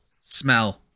smell